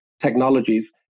Technologies